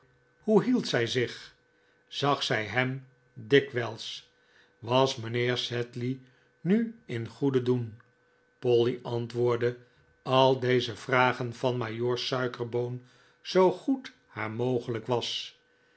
hoe hield zij zich zag zij hem dikwijls was mijnheer sedley nu in goeden doen polly beantwoordde al deze vragen van majoor suikerboon zoo goed haar mogelijk was